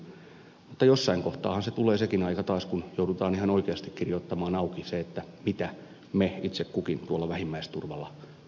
mutta jossain kohtaahan tulee sekin aika taas kun joudutaan ihan oikeasti kirjoittamaan auki mitä me itse kukin tuolla vähimmäisturvalla tarkoitamme